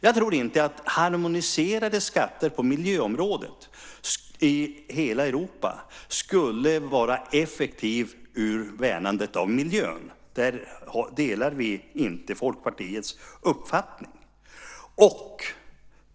Jag tror inte att harmoniserade skatter på miljöområdet i hela Europa skulle vara effektivt för värnandet av miljön. Där delar vi inte Folkpartiets uppfattning.